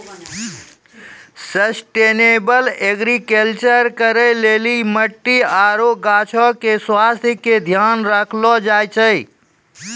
sustainable agriculture करै लेली मट्टी आरु गाछो के स्वास्थ्य के ध्यान राखलो जाय छै